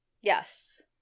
Yes